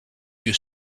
you